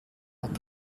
hat